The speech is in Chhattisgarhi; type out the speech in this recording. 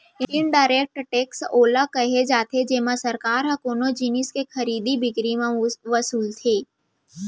इनडायरेक्ट टेक्स ओला केहे जाथे जेमा सरकार ह कोनो जिनिस के खरीदी बिकरी म वसूलथे